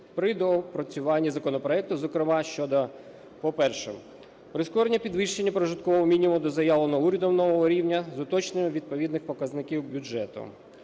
при доопрацюванні законопроекту. Зокрема щодо, по-перше, прискорення підвищення прожиткового мінімуму до заявленого урядом нового рівня з уточненням відповідних показників бюджету.